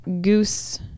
goose